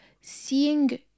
seeing